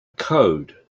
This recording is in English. code